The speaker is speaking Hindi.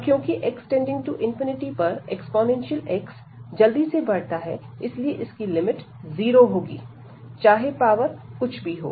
अब क्योंकि x→∞ पर ex जल्दी से बढ़ता है इसीलिए इसकी लिमिट 0 होगी चाहे पावर कुछ भी हो